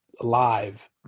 alive